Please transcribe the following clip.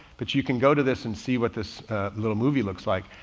but you can go to this and see what this little movie looks like.